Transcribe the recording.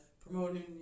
promoting